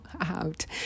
out